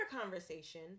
conversation